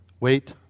Wait